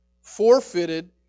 forfeited